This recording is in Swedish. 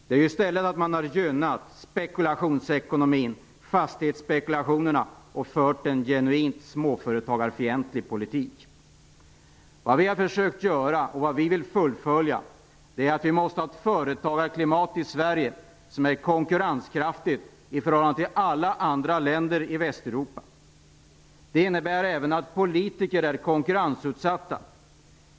Man har ju i stället gynnat spekulationsekonomin och fastighetsspekulationerna och fört en genuint småföretagarfientlig politik. Vi har försökt, och det målet har vi velat fullfölja, åstadkomma ett företagarklimat i Sverige som är konkurrenskraftigt i förhållande till vad som gäller i alla andra länder i Västeuropa. Det innebär att även politiker är konkurrensutsatta.